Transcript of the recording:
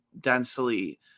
densely